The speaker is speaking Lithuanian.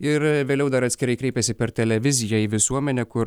ir vėliau dar atskirai kreipėsi per televiziją į visuomenę kur